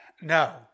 No